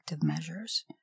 measures